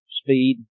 speed